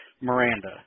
Miranda